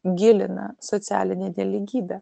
gilina socialinę nelygybę